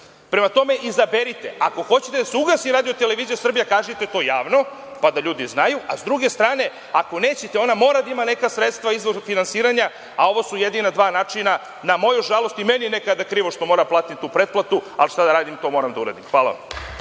Prema tome, izaberite. Ako hoćete da se ugasi RTS, kažite to javno, pa da ljudi znaju, a s druge strane, ako nećete, ona mora da ima neka sredstva, izvor finansiranja, a ovo su jedina dva načina, na moju žalost. I meni je nekada krivo što moram da platim tu pretplatu, ali, šta da radim, to moram da uradim. Hvala